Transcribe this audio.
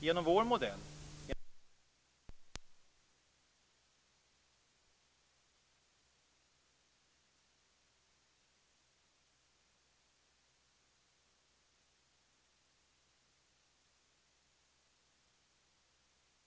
Genom vår modell, genom ekonomiska styrmedel, höjda elskatter på elen från kärnkraft, så hade kärnkraften svälts ut utan skadestånd. Det hade varit en bättre modell, Lennart Daléus.